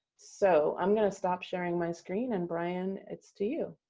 so i'm going to stop sharing my screen and brian, it's to you.